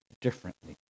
differently